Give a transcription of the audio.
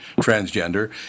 transgender